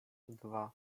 dwa